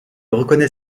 reconnait